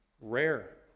rare